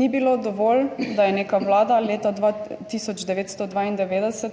Ni bilo dovolj, da je neka vlada leta 1992